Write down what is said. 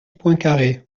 poincaré